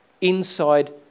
inside